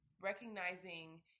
recognizing